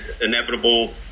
inevitable